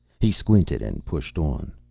he squinted and pushed on.